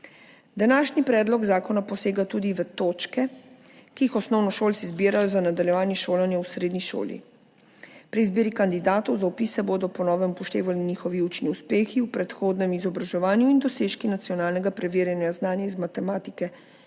Današnji predlog zakona posega tudi v točke, ki jih osnovnošolci zbirajo za nadaljevanje šolanja v srednji šoli. Pri izbiri kandidatov za vpis se bodo po novem upoštevali njihovi učni uspehi v predhodnem izobraževanju in dosežki nacionalnega preverjanja znanja iz matematike